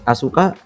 Asuka